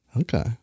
Okay